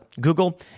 Google